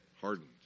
hardened